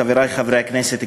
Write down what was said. חברי חברי הכנסת,